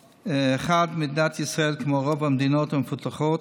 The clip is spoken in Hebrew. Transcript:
1. מדינת ישראל, כמו רוב המדינות המפותחות,